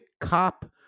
cop